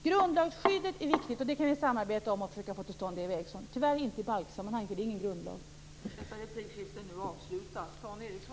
Grundlagsskyddet är viktigt, och det kan vi samarbeta om och försöka få till stånd, Eva Eriksson - tyvärr inte i balksammanhang, för det är inte fråga om en grundlag!